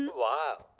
and wow.